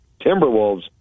Timberwolves